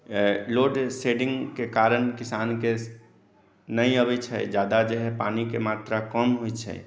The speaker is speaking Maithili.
लोडशेडिंग के कारण किसान के नहि अबै छै जादा जे है पानी के मात्रा कम होइ छै